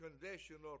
conditional